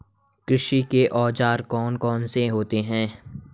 कृषि के औजार कौन कौन से होते हैं?